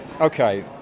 Okay